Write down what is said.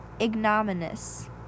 ignominious